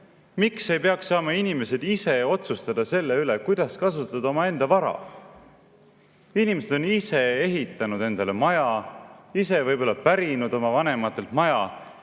Miks ei peaks inimesed saama ise otsustada selle üle, kuidas kasutada omaenda vara? Inimesed on ise ehitanud endale maja, võib-olla pärinud oma vanematelt maja,